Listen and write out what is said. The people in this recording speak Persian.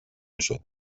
شدم